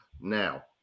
Now